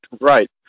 right